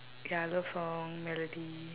ya love song melody